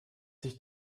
sich